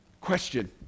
Question